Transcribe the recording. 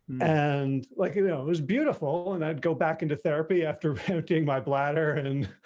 and like, you know, it was beautiful. and i'd go back into therapy after voting my bladder and and,